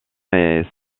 est